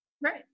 Right